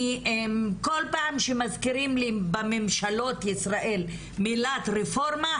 כל פעם שמזכירים לי בממשלת ישראל מילת "רפורמה",